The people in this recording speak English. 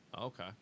Okay